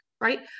right